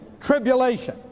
tribulation